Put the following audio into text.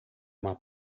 uma